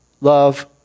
love